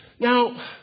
Now